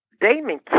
Damon